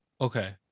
Okay